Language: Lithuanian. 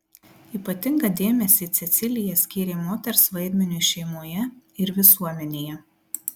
ypatingą dėmesį cecilija skyrė moters vaidmeniui šeimoje ir visuomenėje